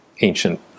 ancient